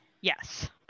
yes